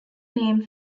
name